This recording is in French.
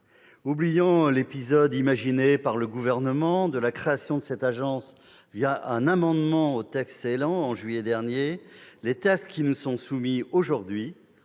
Oubliant l'épisode imaginé par le Gouvernement de la création de cette agence un amendement au projet de loi ÉLAN en juillet dernier, les textes qui nous sont soumis aujourd'hui